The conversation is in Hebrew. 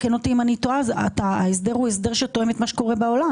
תקן אותי אם אני טועה שההסדר הוא הסדר שתואם את מה שקורה בעולם.